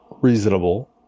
reasonable